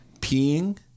peeing